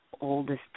oldest